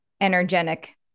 energetic